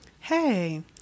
Hey